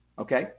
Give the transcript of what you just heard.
okay